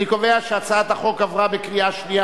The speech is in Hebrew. אני קובע שהצעת החוק עברה בקריאה שנייה.